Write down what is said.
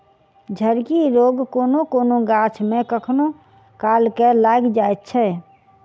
झड़की रोग कोनो कोनो गाछ मे कखनो काल के लाइग जाइत छै